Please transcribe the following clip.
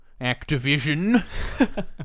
Activision